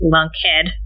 Lunkhead